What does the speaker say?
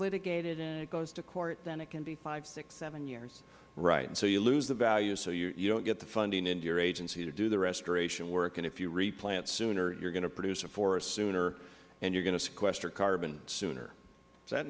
litigated and it goes to court then it can be five six seven years mister walden right so you lose the value so you don't get the funding into your agency to do the restoration work and if you replant sooner you are going to produce a forest sooner and you are going to sequester carbon sooner